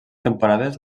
temporades